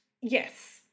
Yes